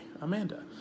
amanda